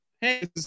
hey